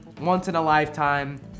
once-in-a-lifetime